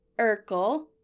Urkel